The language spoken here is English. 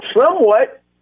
Somewhat